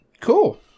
Cool